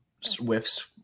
swifts